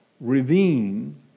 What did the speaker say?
ravine